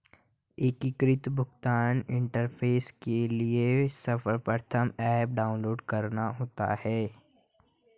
एकीकृत भुगतान इंटरफेस के लिए सर्वप्रथम ऐप डाउनलोड करना होता है